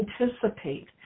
anticipate